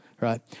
right